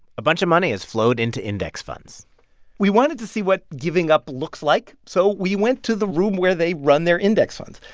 a bunch of money has flowed into index funds we wanted to see what giving up looks like, so we went to the room where they run their index funds.